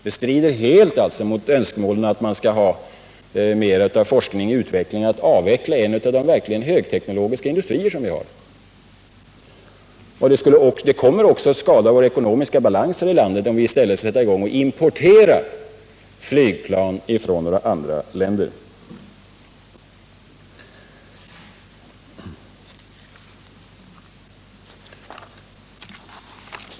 Det strider alltså helt mot önskemålen att man skall ha mera av forskning och utveckling, då man avvecklar en av de verkligt högteknologiska industrier som vi har. Det kommer också att skada vår ekonomiska balans i landet, då vi måste importera flygplan från andra länder.